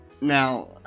now